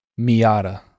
Miata